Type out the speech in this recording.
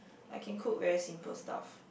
I can cook very simple stuff